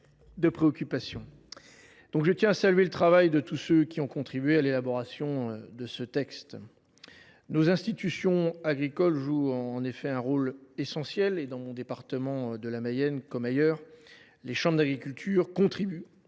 la démocratie agricole. Je tiens à saluer le travail de tous ceux qui ont contribué à l’élaboration de ce texte. Nos institutions agricoles jouent un rôle essentiel. Dans mon département, la Mayenne, comme ailleurs, les chambres d’agriculture contribuent